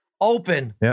Open